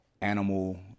animal